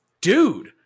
dude